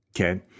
Okay